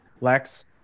Lex